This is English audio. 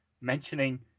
mentioning